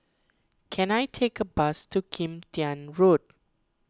can I take a bus to Kim Tian Road